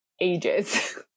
ages